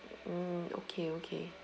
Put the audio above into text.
mm okay okay